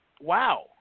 Wow